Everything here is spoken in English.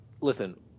Listen